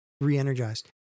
re-energized